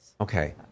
okay